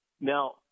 Now